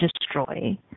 destroy